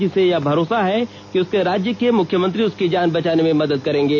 जिसे यह भरोसा है कि उसके राज्य के मुख्यमंत्री उसकी जान बचाने में मदद करेंगे